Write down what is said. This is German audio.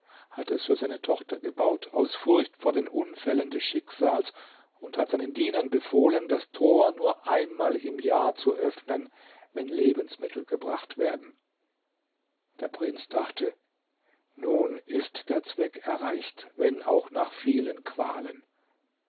hat es für seine tochter gebaut aus furcht vor den unfällen des schicksals und hat seinen dienern befohlen das tor nur einmal im jahr zu öffnen wenn lebensmittel gebracht werden der prinz dachte nun ist der zweck erreicht wenn auch nach vielen qualen